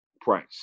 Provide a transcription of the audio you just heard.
price